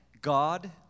God